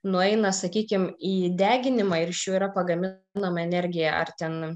nueina sakykim į deginimą ir iš jų yra pagaminama energijai ar ten